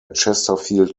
chesterfield